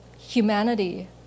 humanity